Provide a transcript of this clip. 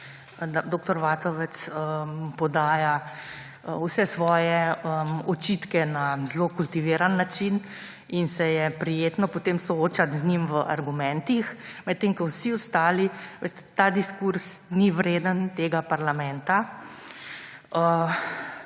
dr. Vatovec podaja vse svoje očitke na zelo kultiviran način in se je prijetno potem soočati z njim v argumentih, medtem ko vsi ostali ne. Veste, ta diskurz ni vreden tega parlamenta.